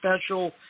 special